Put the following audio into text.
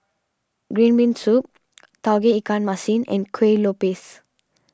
Green Bean Soup Tauge Ikan Masin and Kuih Lopes